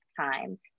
time